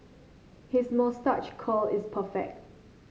his moustache curl is perfect